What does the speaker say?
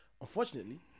unfortunately